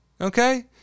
Okay